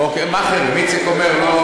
אוקיי, מאכערים, איציק אומר.